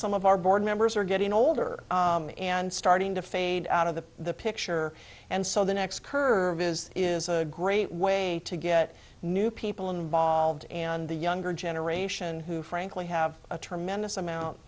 some of our board members are getting older and starting to fade out of the picture and so the next curve is is a great way to get new people involved and the younger generation who frankly have a tremendous amount